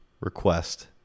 request